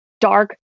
dark